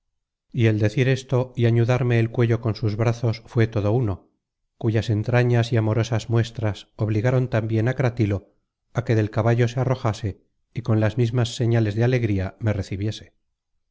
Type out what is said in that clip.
y el decir esto y añudarme el cuello con sus brazos fué todo uno cuyas extrañas y amorosas muestras obligaron tambien á cratilo á que del caballo se arrojase y con las mismas señales de alegría me recibiese